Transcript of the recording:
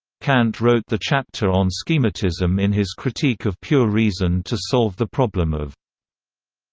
kant wrote the chapter on so schematism in his critique of pure reason to solve the problem of.